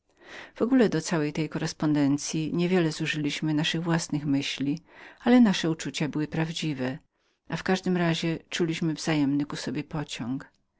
w ogóle do całej tej korrespondencyi nie wiele zużyliśmy naszych własnych myśli ale nasze uczucia były prawdziwemi albo raczej prawdziwie mówiąc czuliśmy silny wzajemny ku sobie pociąg